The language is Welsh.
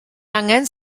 angen